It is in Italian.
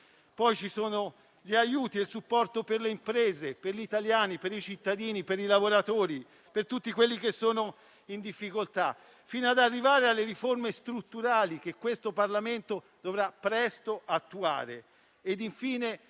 sono poi gli aiuti e il supporto per le imprese, per gli italiani, per i cittadini, per i lavoratori e per tutti coloro che sono in difficoltà, fino ad arrivare alle riforme strutturali, che il Parlamento dovrà presto attuare.